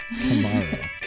tomorrow